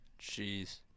Jeez